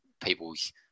people's